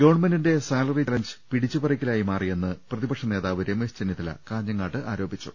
ഗവൺമെന്റിന്റെ salary challenge പിടിച്ചുപറിക്കലായി മാറി യെന്ന് പ്രതിപക്ഷ നേതാവ് രമേശ് ചെന്നിത്തല കാഞ്ഞങ്ങാട്ട് ആരോപിച്ചു